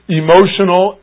emotional